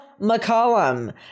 McCollum